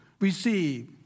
receive